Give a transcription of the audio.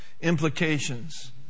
implications